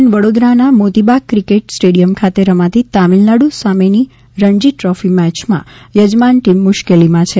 દરમિયાન વડોદરા ના Moti Bagh cricket stadium ખાતે રમાતી તામિલનાડુ સામેની રણજી દ્રોફી મેયમાં યજમાન ટીમ મુશ્કેલીમાં છે